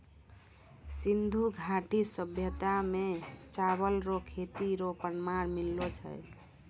सिन्धु घाटी सभ्यता मे चावल रो खेती रो प्रमाण मिललो छै